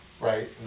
right